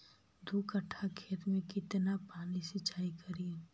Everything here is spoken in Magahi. दू कट्ठा खेत में केतना पानी सीचाई करिए?